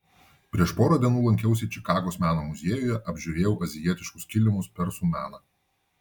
prieš porą dienų lankiausi čikagos meno muziejuje apžiūrėjau azijietiškus kilimus persų meną